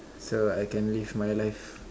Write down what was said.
so I can live my life